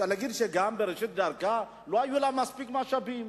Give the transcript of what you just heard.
אפשר להגיד שבראשית דרכה לא היו לה מספיק משאבים,